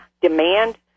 demand